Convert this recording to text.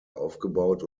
aufgebaut